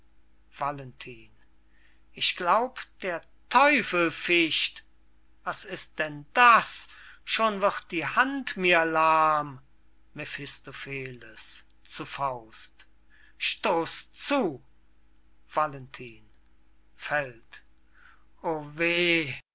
valentin ich glaub der teufel ficht was ist denn das schon wird die hand mir lahm mephistopheles zu faust stoß zu valentin fällt o weh